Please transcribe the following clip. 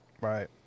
Right